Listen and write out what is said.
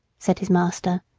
said his master.